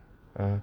ah